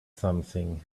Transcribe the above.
something